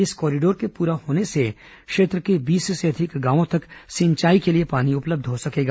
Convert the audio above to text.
इस कॉरिडोर के पूरा होने से क्षेत्र के बीस से अधिक गांवों तक सिंचाई के लिए पानी उपलब्ध होगा